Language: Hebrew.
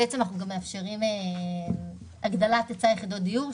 אנחנו מאפשרים הגדלת היצע יחידות דיור,